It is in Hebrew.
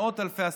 מאות אלפי עסקים.